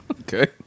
Okay